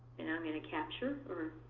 and i'm going to capture or